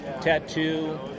Tattoo